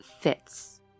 fits